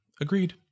Agreed